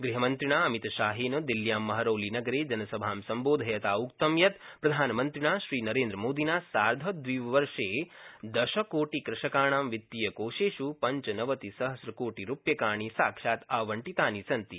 गृहमन्त्रिणा अमितशाहेन दिल्लीयां महरौलीनगरे जनसभा सम्बोधयता उक्तं यत् प्रधानमन्त्रिणा श्रीनरेन्द्रमोदिना सार्द्धद्विवर्षे दशकोटिकृषकाणां वित्तीयकोषेष् पञ्चनवतिसहस्रकोटिरुप्यकाणि साक्षात् आवंटितानि सन्ति